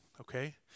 okay